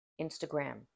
instagram